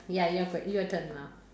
ya you~ your turn now